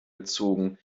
gezogen